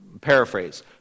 Paraphrase